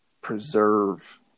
preserve